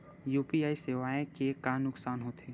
UPI सेवाएं के का नुकसान हो थे?